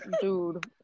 Dude